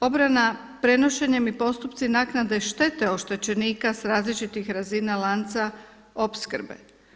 Obrana prenošenjem i postupci naknade štete oštećenika sa različitih razina lanca opskrbe.